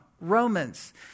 Romans